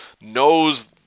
knows